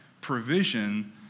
provision